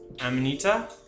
Amanita